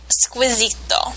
squisito